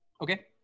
Okay